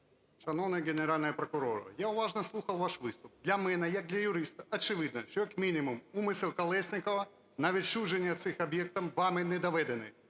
Шановний Генеральний прокурор, я уважно слухав ваш виступ, для мене, як для юриста, очевидно, що, як мінімум, умисел Колєснікова на відчуження цих об'єктів вами не доведений,